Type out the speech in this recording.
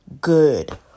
good